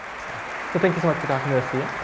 so so thank you so much for talking to us siya.